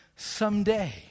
Someday